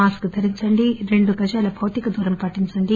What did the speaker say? mask ధరించండి రెండు గజాల భౌతిక దూరం పాటించండి